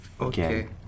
Okay